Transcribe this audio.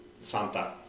Santa